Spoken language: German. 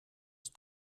ist